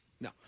No